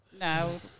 No